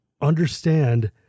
understand